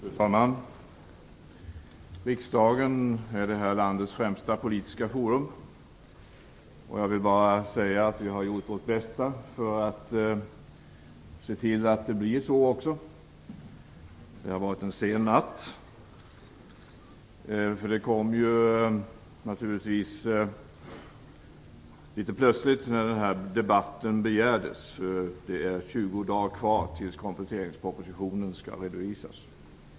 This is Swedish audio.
Fru talman! Riksdagen är det här landets främsta politiska forum. Jag vill bara säga att vi har gjort vårt bästa för att se till att det fortsätter att vara så. Det blev sent i natt. Det kom litet plötsligt att den här debatten begärdes när det är 20 dagar kvar till dess att kompletteringspropositionen skall redovisas.